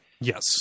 Yes